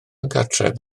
gartref